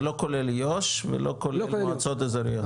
זה לא כולל יו"ש ולא כולל מועצות אזורית,